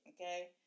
Okay